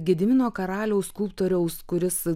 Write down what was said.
gedimino karaliaus skulptoriaus kuris